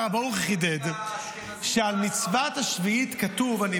הרב ברוכי חידד שעל מצוות השביעית כתוב -- שנייה,